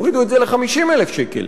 הורידו את זה ל-50,000 שקל.